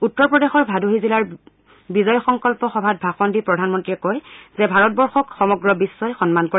উত্তৰ প্ৰদেশৰ ভাদোহী জিলাৰ বিজয় সংকল্প সভাত ভাষণ দি প্ৰধানমন্ত্ৰীয়ে কয় যে ভাৰতবৰ্ষক সমগ্ৰ বিখ্বই সন্মান কৰে